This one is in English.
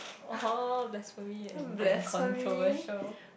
(uh huh) blasphemy and and controversial